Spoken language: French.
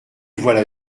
voilà